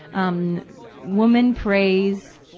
um woman prays,